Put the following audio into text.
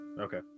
Okay